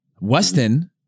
Weston